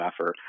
effort